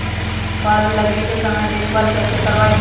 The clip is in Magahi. फल लगे के समय देखभाल कैसे करवाई?